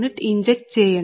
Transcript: u inject చేయండి